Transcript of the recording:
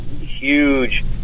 huge